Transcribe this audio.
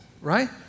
Right